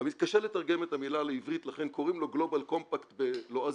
קשה לתרגם את המילה לעברית לכן קוראים לו global compact בלועזית,